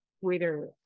Twitter